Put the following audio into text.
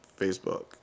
Facebook